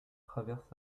traverse